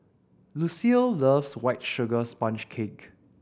Lucille loves White Sugar Sponge Cake